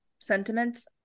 sentiments